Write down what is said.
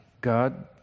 God